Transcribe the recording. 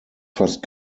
fast